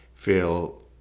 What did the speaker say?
feel